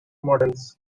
models